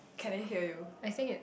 can I hear you